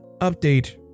Update